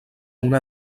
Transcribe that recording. una